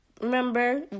Remember